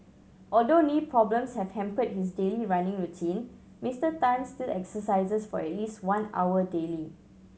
although knee problems have hampered his daily running routine Mister Tan still exercises for at least one hour daily